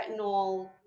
retinol